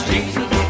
Jesus